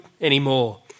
anymore